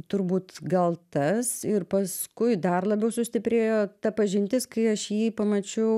turbūt gal tas ir paskui dar labiau sustiprėjo ta pažintis kai aš jį pamačiau